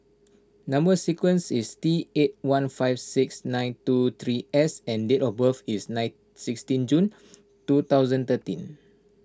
Number Sequence is T eight one five six nine two three S and date of birth is nine sixteen June two thousand thirteen